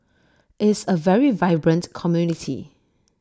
is A very vibrant community